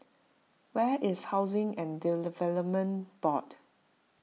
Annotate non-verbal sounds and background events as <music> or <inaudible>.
where is Housing and <unintelligible> Board